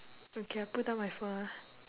okay I put down my phone ah